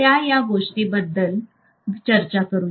त्या या गोष्टी बद्दल याबद्दल चर्चा करू